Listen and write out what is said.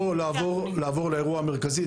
לעבור לאירוע המרכזי.